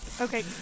okay